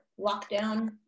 lockdown